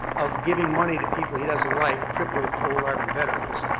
of giving money to people he doesn't like, crippled old army veterans,